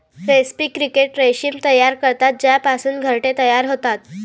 रेस्पी क्रिकेट रेशीम तयार करतात ज्यापासून घरटे तयार होतात